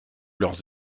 leurs